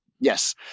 yes